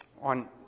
on